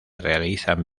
realizan